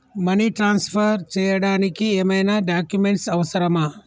Money transfer చేయడానికి ఏమైనా documents అవసరమా?